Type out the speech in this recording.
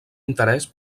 interès